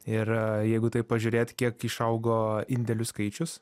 ir jeigu taip pažiūrėt kiek išaugo indėlių skaičius